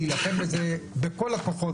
להילחם בזה בכל הכוחות,